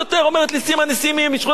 אומרת לי סימה נסים משכונת-התקווה.